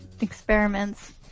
experiments